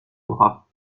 bras